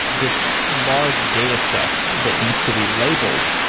this large data set that needs to be labeled,